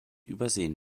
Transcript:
übersehen